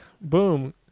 Boom